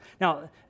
Now